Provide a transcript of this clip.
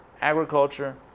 agriculture